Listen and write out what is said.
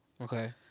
okay